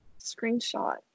Screenshot